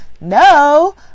No